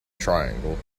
triangle